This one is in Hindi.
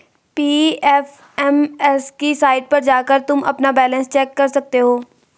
पी.एफ.एम.एस की साईट पर जाकर तुम अपना बैलन्स चेक कर सकते हो